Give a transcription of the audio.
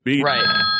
Right